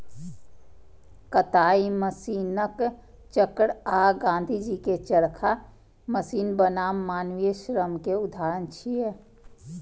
कताइ मशीनक चक्र आ गांधीजी के चरखा मशीन बनाम मानवीय श्रम के उदाहरण छियै